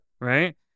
Right